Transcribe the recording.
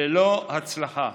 ללא הצלחה.